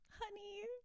honey